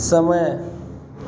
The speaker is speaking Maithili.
समय